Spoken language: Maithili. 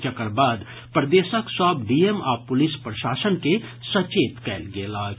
जकर बाद प्रदेशक सभ डीएम आ पुलिस प्रशासन के सचेत कयल गेल अछि